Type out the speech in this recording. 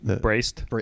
Braced